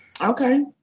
Okay